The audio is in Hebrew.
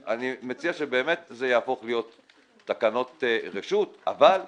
אני מציע שזה יהפוך להיות תקנות רשות, אבל שוב,